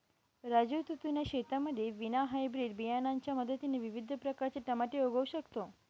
राजू तू तुझ्या शेतामध्ये विना हायब्रीड बियाणांच्या मदतीने विविध प्रकारचे टमाटे उगवू शकतो